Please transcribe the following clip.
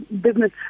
business